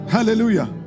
Hallelujah